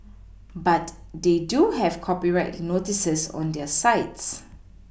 but they do have copyright notices on their sites